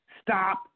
Stop